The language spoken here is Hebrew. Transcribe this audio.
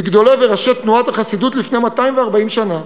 מגדולי וראשי תנועת החסידות לפני 240 שנה,